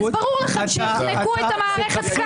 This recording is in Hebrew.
ברור לכם שיחנקו את המערכת.